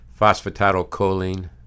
Phosphatidylcholine